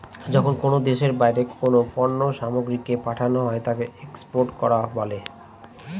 যখন কোনো দেশের বাইরে কোনো পণ্য সামগ্রীকে পাঠানো হয় তাকে এক্সপোর্ট করা বলা হয়